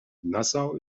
nassau